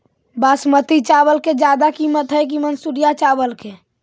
बासमती चावल के ज्यादा किमत है कि मनसुरिया चावल के?